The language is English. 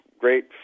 Great